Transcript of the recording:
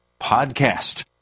PODCAST